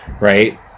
right